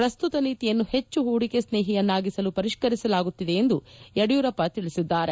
ಪ್ರಸ್ತುತ ನೀತಿಯನ್ನು ಹೆಚ್ಚು ಹೂಡಿಕೆಸ್ನೇಹಿಯನ್ನಾಗಿಸಲು ಪರಿಷ್ಠರಿಸಲಾಗುತ್ತಿದೆ ಎಂದು ಯಡಿಯೂರಪ್ಪ ತಿಳಿಸಿದ್ದಾರೆ